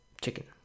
chicken